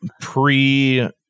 pre